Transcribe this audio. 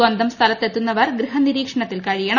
സ്വന്തം സ്ഥലത്തെത്തുന്നവർ ഗൃഹ നിരീക്ഷണത്തിൽ കഴിയണം